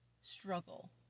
struggle